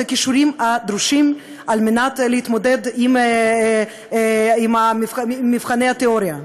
הכישורים הדרושים להתמודד עם מבחני התיאוריה.